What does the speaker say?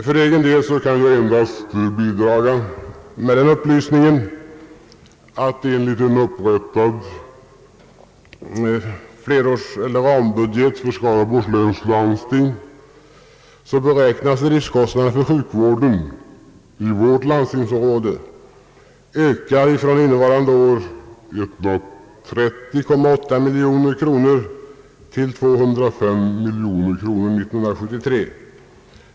För egen del vill jag endast bidra med den upplysningen att enligt en upprättad rambudget för Skaraborgs läns landsting beräknas driftskostnaden för sjukvården i vårt landstingsområde öka från innevarande års 130,8 miljoner kronor till 205 miljoner kronor 1973.